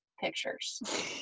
pictures